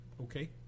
Okay